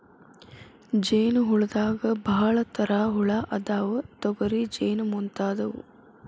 ಜೇನ ಹುಳದಾಗ ಭಾಳ ತರಾ ಹುಳಾ ಅದಾವ, ತೊಗರಿ ಜೇನ ಮುಂತಾದವು